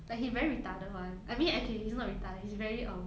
like he very retarded [one] I mean okay he's not retarded he's very um